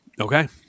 okay